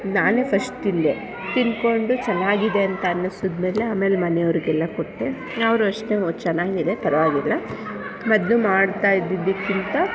ನಾನೇ ಫಸ್ಟ್ ತಿಂದೆ ತಿಂದ್ಕೊಂಡು ಚೆನ್ನಾಗಿದೆ ಅಂತ ಅನ್ನಿಸಿದ್ಮೇಲೆ ಆಮೇಲೆ ಮನೆಯವರಿಗೆಲ್ಲ ಕೊಟ್ಟೆ ಅವರು ಅಷ್ಟೇ ಓಹ್ ಚೆನ್ನಾಗಿದೆ ಪರವಾಗಿಲ್ಲ ಮೊದಲು ಮಾಡ್ತಾಯಿದ್ದಿದ್ದಕ್ಕಿಂತ